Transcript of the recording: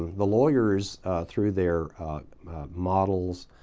the lawyers through their models,